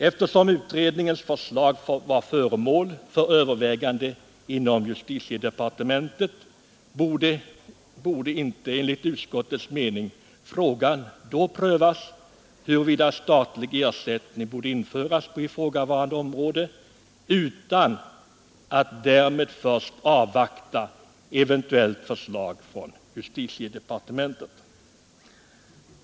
Eftersom utredningens förslag var föremål för övervägande inom justitiedepartementet, borde enligt utskottets mening frågan huruvida statlig ersättning borde införas på ifrågavarande område inte prövas utan att man först avvaktat eventuellt förslag från justitiedepartementet.